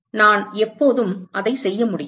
நான் எப்போதும் அதை செய்ய முடியும்